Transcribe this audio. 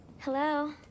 Hello